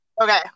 okay